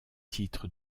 titre